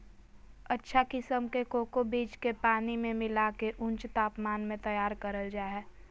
अच्छा किसम के कोको बीज के पानी मे मिला के ऊंच तापमान मे तैयार करल जा हय